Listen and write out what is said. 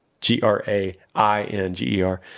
g-r-a-i-n-g-e-r